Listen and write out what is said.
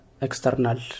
external